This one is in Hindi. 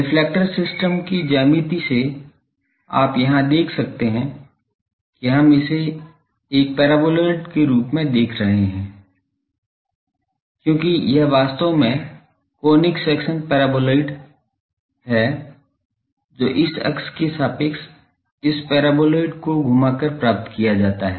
रिफ्लेक्टर सिस्टम की ज्यामिति से आप यहां देख सकते हैं कि हम इसे एक पैराबोलॉइडल के रूप में देख रहे हैं क्योंकि यह वास्तव में कोनिक सेक्शन पैराबोलॉइड है जो इस अक्ष के सापेक्ष इस पैराबोलॉइड को घुमाकर प्राप्त किया जाता है